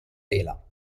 vela